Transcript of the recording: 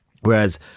Whereas